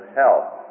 health